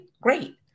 Great